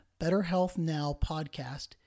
BetterHealthNowPodcast